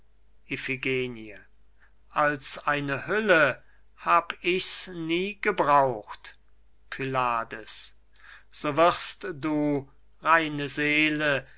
als eine hülle hab ich's nie gebraucht pylades so wirst du reine seele